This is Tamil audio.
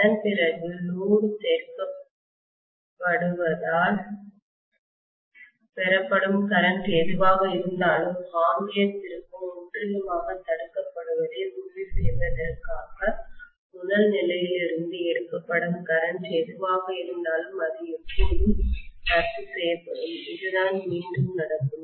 அதன்பிறகு லோடு சேர்க்கப்படுவதால் பெறப்படும் கரெண்ட் எதுவாக இருந்தாலும் ஆம்பியர் திருப்பம் முற்றிலுமாகத் தடுக்கப்படுவதை உறுதி செய்வதற்காக முதல் நிலையிலிருந்து எடுக்கப்படும் கரெண்ட் எதுவாக இருந்தாலும் அது எப்போதும் ரத்து செய்யப்படும் இதுதான் மீண்டும்நடக்கும்